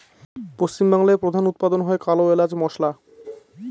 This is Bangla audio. পশ্চিম বাংলায় প্রধান উৎপাদন হয় কালো এলাচ মসলা